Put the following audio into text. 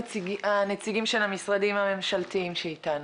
הנציגים של המשרדים הממשלתיים שאיתנו.